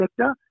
sector